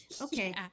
Okay